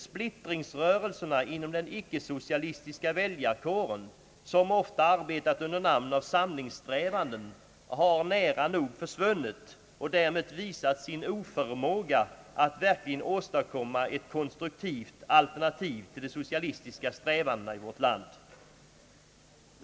Splittringsrörelserna inom den icke socialistiska väljarkåren som ofta arbetat under namn av samlingssträvanden har nära nog försvunnit och därmed visat sin oförmåga att verkligen åstadkomma ett konstruktiv alternativ till de socialistiska strävandena i vårt land.